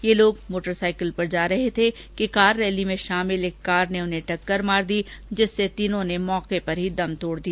ये लोग मोटरसाइकिल पर जा रहे थे कि कार रैली में शामिल एक कार ने उन्हें टक्कर मार दी जिससे तीनों ने मौके पर ही दम तोड दिया